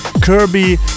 Kirby